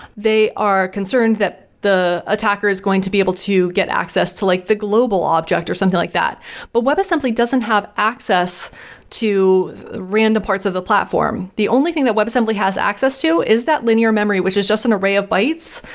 they are concerned that the attacker is going to be able to get access to like the global object or something like that but web assembly doesn't have access to random parts of the platform. the only thing that web assembly has access to is that linear memory which is just an array of lights.